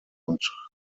und